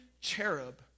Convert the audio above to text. cherub